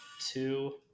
Two